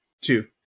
Two